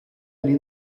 ali